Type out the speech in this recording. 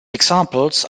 examples